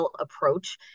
approach